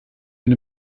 bin